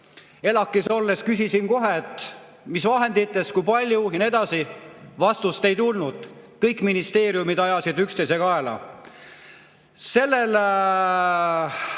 ELAK-is olles küsisin kohe, et mis vahenditest, kui palju ja nii edasi. Vastust ei tulnud, kõik ministeeriumid ajasid üksteise kaela. Sellel